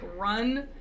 run